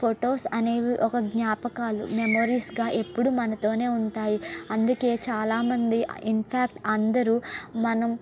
photos అనేవి ఒక జ్ఞాపకాలు మెమొరీస్గా ఎప్పుడూ మనతోనే ఉంటాయి అందుకే చాలా మంది ఇన్ ఫాక్ట్ అందరూ మనం